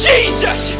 Jesus